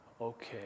Okay